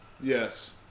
Yes